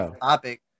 topic